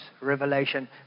revelation